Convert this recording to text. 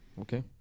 okay